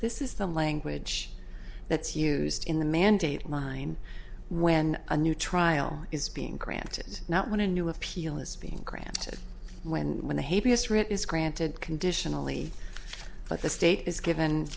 this is the language that's used in the mandate mine when a new trial is being granted not when a new appeal is being granted when when the happiest writ is granted conditionally but the state is given